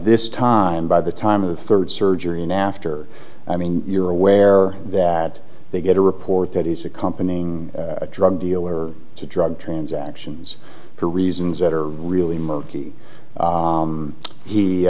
this time by the time of the third surgery now after i mean you're aware that they get a report that is accompanying a drug dealer to drug transactions for reasons that are really m